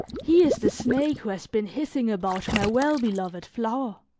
he is the snake who has been hissing about my well-beloved flower.